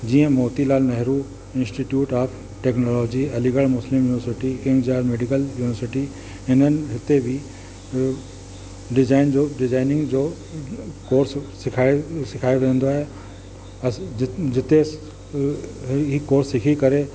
जीअं Motilal Nehru Institute of Technology Aligarh Muslim University इंजा medical university इन्हनि हिते बि डिज़ाइन जो डिज़ाइनिंग जो कोर्स सिखायो सिखायो वेंदो आहे अस जिते हीउ कोर्स सिखी करे